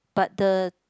but the